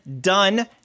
done